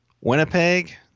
Winnipeg